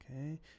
Okay